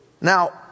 Now